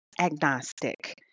agnostic